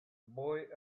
boy